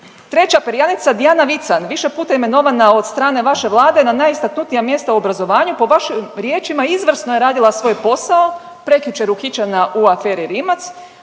Treća perjanica Dijana Vican više puta imenovana od strane vaše Vlade na najistaknutija mjesta u obrazovanju po vašim riječima izvrsno je radila svoj posao. Prekjučer uhićena u aferi Rimac,